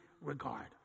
regard